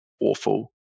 Awful